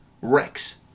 Rex